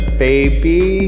baby